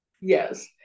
Yes